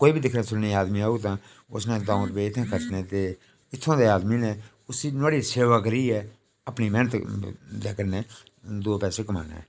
कोई बी दिखने सुनने आदमी ओग तां इत्थु जां दे आदमी न उस्सी नोहाड़ी सेवा करिये अपनी मैह्नत दे कन्नै दो पैसे कमाने न